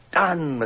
done